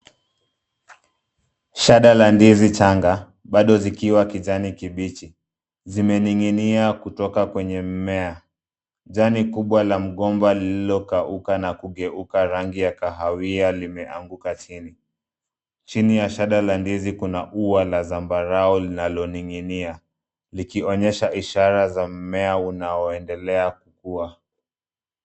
Shada la ndizi changa bado zikiwa kijani kibichi zimening'inia kutoka kwenye mmea. Jani kubwa la mgomba lililokauka na kugeuka rangi ya kahawia limeanguka chini. Chini ya shada la ndizi kuna ua la zambarau linaloning'inia likionyesha ishara za mmea unaoendelea kukua.